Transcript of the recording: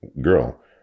girl